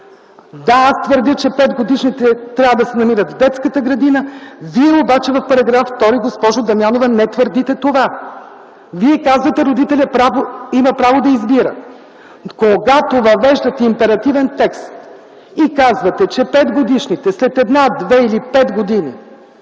Да, аз твърдя, че 5-годишните деца трябва да се намират в детската градина, Вие обаче в § 2, госпожо Дамянова, не твърдите това. Вие казвате, че родителят има право да избира. Когато въвеждате императивен текст и казвате, че 5-годишните деца след една, две или пет години